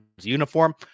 uniform